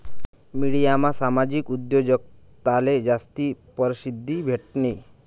मिडियामा सामाजिक उद्योजकताले जास्ती परशिद्धी भेटनी